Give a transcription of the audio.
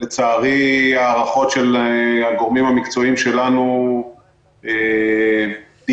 ולצערי ההערכות של הגורמים המקצועיים שלנו דייקו.